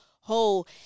whole